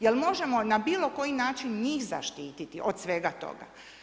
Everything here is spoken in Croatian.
Jel možemo na bilo koji način njih zaštiti od svega toga?